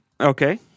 Okay